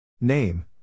Name